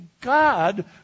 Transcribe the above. God